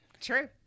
True